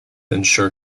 ensure